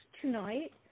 tonight